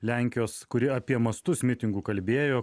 lenkijos kuri apie mastus mitingu kalbėjo